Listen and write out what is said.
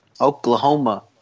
Oklahoma